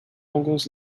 alguns